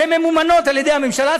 שממומנות על ידי הממשלה,